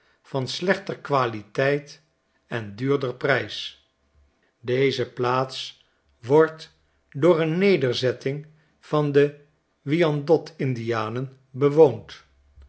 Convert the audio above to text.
van slechter qualiteit en duurder prijs deze plaats wordt door een nederzetting van de wyandot indianen bewoond